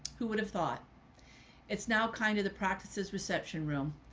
who would have thought it's now kind of the practices reception room,